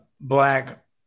black